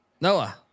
Noah